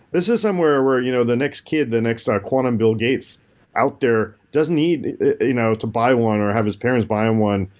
this is somewhere where you know the next kid, the next ah quantum bill gates out there doesn't need you know to buy one or have his parents buy him one.